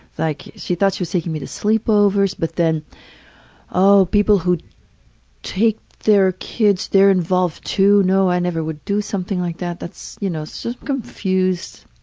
like she thought she was taking me to sleepovers, but then people who take their kids, they're involved too, no i never would do something like that. that's, you know, so confused.